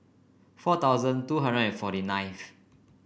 four thousand two hundred and forty ninth